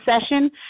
session